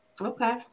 okay